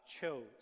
chose